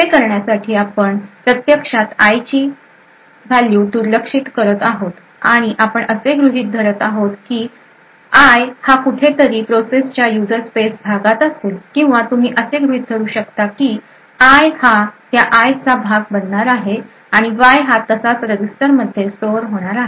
सोपे करण्यासाठी आपण प्रत्यक्षात आय ची व्हॅल्यू दुर्लक्षित करत आहोत आणि आपण असे गृहीत धरत आहोत की आय हा कुठेतरी प्रोसेस च्या यूजर स्पेस भागात असेल किंवा तुम्ही असे गृहीत धरू शकता की आय हा त्या आय चा भाग बनणार आहे आणि वाय हा तसाच रजिस्टरमध्ये स्टोअर होणार आहे